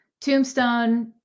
tombstone